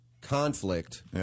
conflict